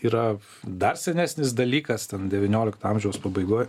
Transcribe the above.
yra dar senesnis dalykas ten devyniolikto amžiaus pabaigoj